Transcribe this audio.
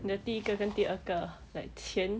the 第一个跟第二个 like 钱